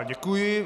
Děkuji.